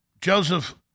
Joseph